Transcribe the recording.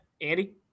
Andy